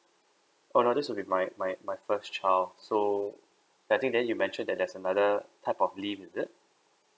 oh no this would be my my my first child so yeah I think then you mention that there's another type of leave is it